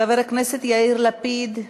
חבר הכנסת יאיר לפיד,